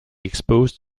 exposed